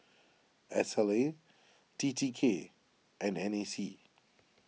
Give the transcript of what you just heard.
Sla T T K and N A C